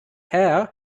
hair